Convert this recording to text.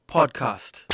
Podcast